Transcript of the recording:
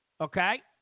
Okay